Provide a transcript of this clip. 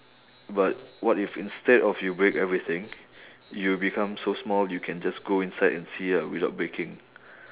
but what if instead of you break everything you become so small you can just go inside and see ah without breaking